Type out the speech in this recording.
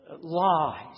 lies